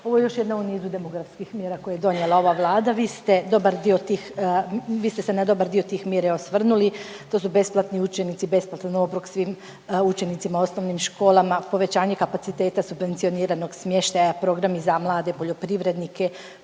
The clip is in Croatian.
Ovo je još jedna u nizu demografskih mjera koje je donijela ova Vlada, vi ste dobar dio tih, vi ste se na dobar dio tih mjera i osvrnuli. To su besplatni udžbenici, besplatan obrok svim učenicima u osnovnim školama, povećanje kapaciteta subvencioniranog smještaja, programi za mlade poljoprivrednike,